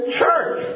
church